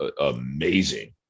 amazing